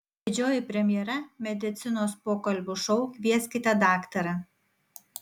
didžioji premjera medicinos pokalbių šou kvieskite daktarą